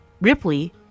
Ripley